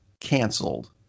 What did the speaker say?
canceled